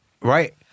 Right